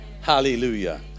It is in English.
hallelujah